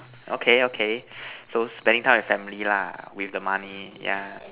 okay okay so spending time with family lah with the money yeah